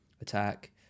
attack